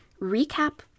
recap